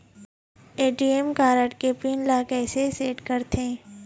ATM card के pin ला कैसे सेट करथे?